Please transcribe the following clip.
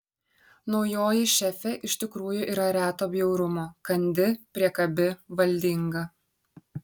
naujoji šefė iš tikrųjų yra reto bjaurumo kandi priekabi valdinga